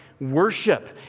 worship